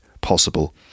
possible